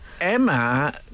Emma